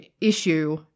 issue